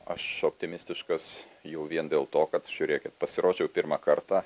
aš optimistiškas jau vien dėl to kad žiūrėkit pasirodžiau pirmą kartą